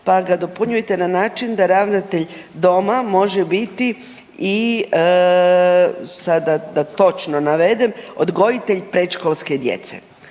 pa ga dopunjujete na način da ravnatelj doma može biti i sada da točno navedem, odgojitelj predškolske djece,